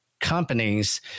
companies